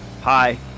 Hi